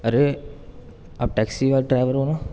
ارے آپ ٹیکسی کا ڈرائیور ہو نا